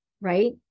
right